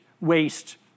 waste